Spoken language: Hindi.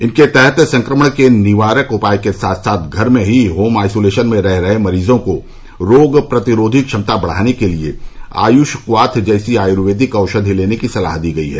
इनके तहत संक्रमण के निवारक उपाय के साथ साथ घर में ही होम आइसोलेशन में रह रहे मरीजों को रोग प्रतिरोधी क्षमता बढाने के लिए आयुष क्वाथ जैसी आयुर्वेदिक औषधि लेने की सलाह दी गई है